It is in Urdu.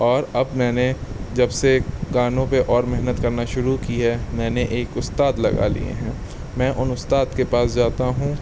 اور اب میں نے جب سے گانوں پہ اور محنت کرنا شروع کی ہے میں نے ایک استاد لگا لیے ہیں میں ان استاد کے پاس جاتا ہوں